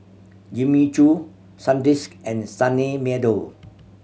Jimmy Choo Sandisk and Sunny Meadow